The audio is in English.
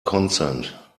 consent